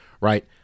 Right